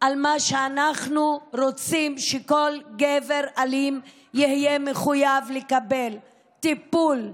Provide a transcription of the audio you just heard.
על מה שאנחנו היינו רוצים שכל גבר אלים יהיה מחויב לקבל: טיפול,